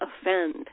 offend